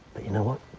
but you know what?